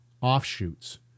offshoots